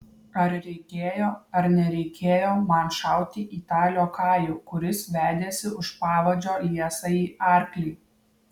ar reikėjo ar nereikėjo man šauti į tą liokajų kuris vedėsi už pavadžio liesąjį arklį